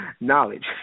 knowledge